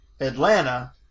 Atlanta